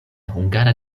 hungara